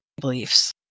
beliefs